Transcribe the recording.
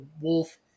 wolf